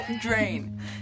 Drain